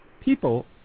People